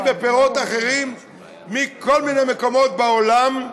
ופירות אחרים מכל מיני מקומות בעולם.